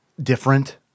different